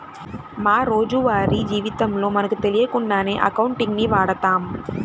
మా రోజువారీ జీవితంలో మనకు తెలియకుండానే అకౌంటింగ్ ని వాడతాం